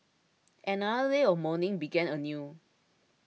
and another day of mourning began anew